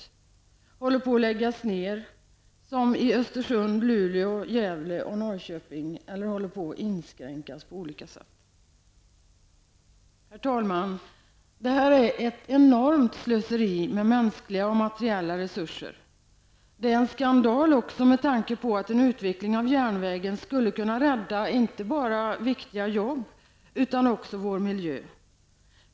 Andra håller på att läggas ned -- t.ex. i Östersund, Luleå, Gävle och Norrköping -- eller också inskränks verksamheten på olika sätt. Herr talman! Det här är ett enormt slöseri med mänskliga och materiella resurser. Det är en skandal också med tanke på att en utveckling av järnvägen skulle kunna rädda inte bara viktiga jobb utan också vår miljö.